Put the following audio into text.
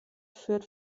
führt